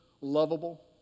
lovable